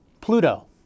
Pluto